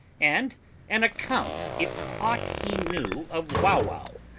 and an account if aught he knew of wauwau.